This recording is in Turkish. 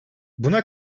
buna